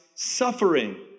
Suffering